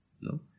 No